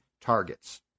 targets